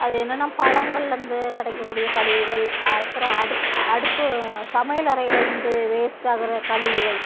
அது என்னென்னா பழங்கள்லேர்ந்து கிடைக்கக்கூடிய கழிவுகள் அப்புறம் அடுப் அடுப்பு சமையலறையிலேருந்து வேஸ்ட் ஆகிற கழிவுகள்